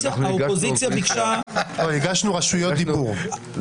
הגשנו רשויות דיבור.